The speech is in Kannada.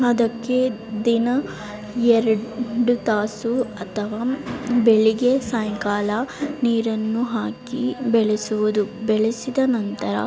ಅದಕ್ಕೆ ದಿನ ಎರಡು ತಾಸು ಅಥವಾ ಬೆಳಗ್ಗೆ ಸಾಯಂಕಾಲ ನೀರನ್ನು ಹಾಕಿ ಬೆಳೆಸುವುದು ಬೆಳೆಸಿದ ನಂತರ